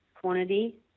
quantity